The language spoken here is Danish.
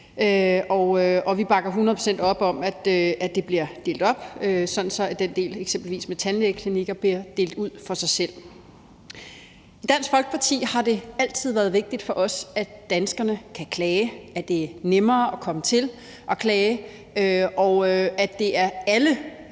hundrede procent op om, at det bliver delt op, sådan at den del, eksempelvis med tandlægeklinikker, bliver skilt ud for sig selv. For Dansk Folkeparti har det altid været vigtigt, at danskerne kan klage, at det er nemmere at komme til at klage, og at det er alle